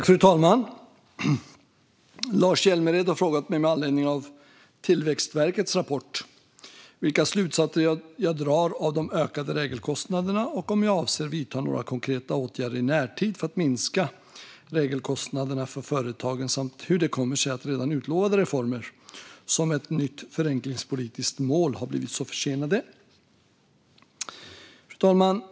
Fru talman! Lars Hjälmered har frågat mig med anledning av Tillväxtverkets rapport vilka slutsatser jag drar av de ökade regelkostnaderna och om jag avser att vidta några konkreta åtgärder i närtid för att minska regelkostnaderna för företagen samt hur det kommer sig att redan utlovade reformer, som ett nytt förenklingspolitiskt mål, har blivit så försenade.